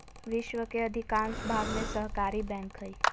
विश्व के अधिकांश भाग में सहकारी बैंक हइ